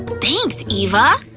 thanks, eva!